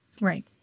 Right